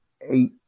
eight